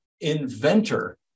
inventor